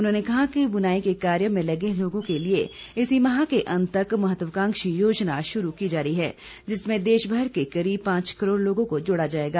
उन्होंने कहा कि बुनाई के कार्य में लगे लोगों के लिए इसी माह के अंत तक महत्वकांक्षी योजना शुरू की जा रही है जिसमें देशमर के करीब पांच करोड़ लोगों को जोड़ा जाएगा